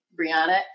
Brianna